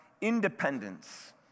independence